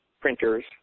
printers